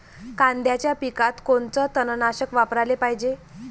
कांद्याच्या पिकात कोनचं तननाशक वापराले पायजे?